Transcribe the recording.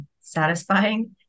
satisfying